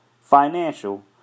financial